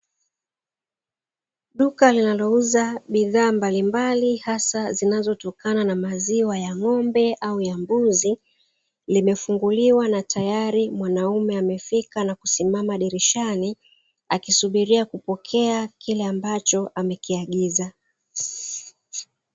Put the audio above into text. Duka linalouza bidhaa mbalimbali haswa zinazotokana na maziwa ya ng'ombe au ya mbuzi, limefunguliwa na tayari mwanaume amefika na kusimama dirishani, akisubiria kupokea kile ambacho amekiagiza.